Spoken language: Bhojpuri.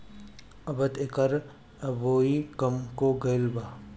अबत एकर बओई कम हो गईल बा